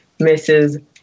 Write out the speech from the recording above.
Mrs